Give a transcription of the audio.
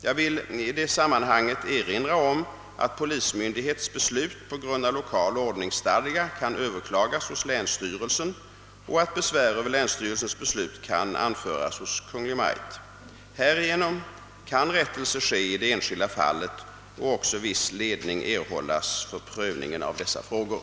Jag vill i detta sammanhang erinra om att polismyndighets beslut på grund av lokal ordningsstadga kan överklagas hos länsstyrelsen och att besvär över länsstyrelsens beslut kan anföras hos Kungl. Maj:t. Härigenom kan rättelse ske i det enskilda fallet och även viss ledning erhållas för prövningen av dessa frågor.